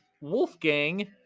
Wolfgang